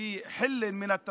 (אומר בערבית ומתרגם:)